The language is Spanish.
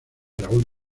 raúl